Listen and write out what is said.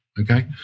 okay